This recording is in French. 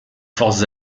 forces